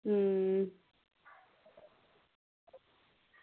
अं